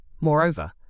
Moreover